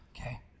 Okay